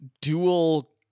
Dual